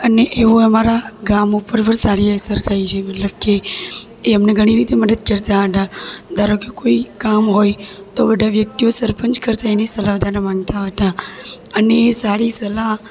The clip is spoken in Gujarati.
અને એવો અમારા ગામ ઉપર પણ સારી અસર થઈ છે મતલબ કે એ અમને ઘણી રીતે મદદ કરતા હતા ધારો કે કોઈ કામ હોય તો બધા વ્યક્તિઓ સરપંચ કરતાં એની સલાહ વધારે માનતા હતા અને એ સારી સલાહ